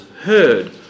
heard